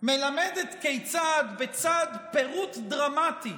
מלמדת כיצד בצד פירוט דרמטי